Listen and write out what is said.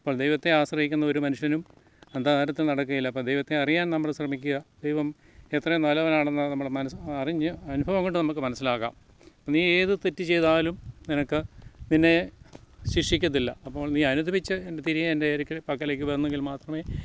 അപ്പോൾ ദൈവത്തെ ആശ്രയിക്കുന്ന ഒരു മനുഷ്യനും അന്ധകാരത്തിൽ നടക്കുകയില്ല അപ്പോൾ ദൈവത്തെ അറിയാൻ നമ്മൾ ശ്രമിക്കുക ദൈവം എത്രയും നല്ലവനാണെന്ന് നമ്മൾ മനസ്സ് അറിഞ്ഞ് അനുഭവം കൊണ്ട് നമുക്ക് മനസ്സിലാക്കാം നീ ഏത് തെറ്റ് ചെയ്താലും നിനക്ക് നിന്നെ ശിക്ഷിക്കത്തില്ല അപ്പോൾ നീ അനുധഭിച്ച് എൻ്റെ തിരികെ എൻ്റെ അരികെ പക്കലേക്ക് വന്നെങ്കിൽ മാത്രമേ